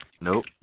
Nope